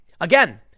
Again